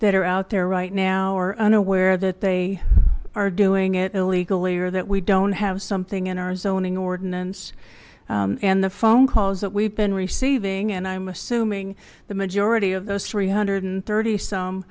that are out there right now are unaware that they are doing it illegally or that we don't have something in our zoning ordinance and the phone calls that we've been receiving and i'm assuming the majority of those three hundred and thirty some